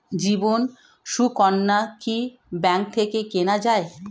জীবন সুকন্যা কি ব্যাংক থেকে কেনা যায়?